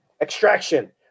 Extraction